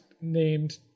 named